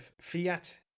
fiat